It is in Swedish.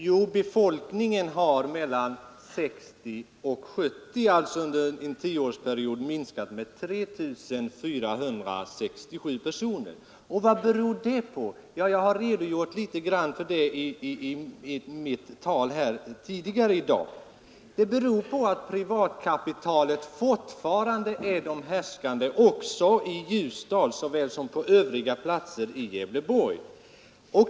Jo, befolkningen där har under tioårsperioden 1960—1970 minskat med 3 467 personer. Och vad beror det på? Ja, den saken har jag redogjort för litet här tidigare i dag. Det beror på att privatkapitalet fortfarande är det härskande också i Ljusdal, precis som det är på övriga platser i Gävleborg.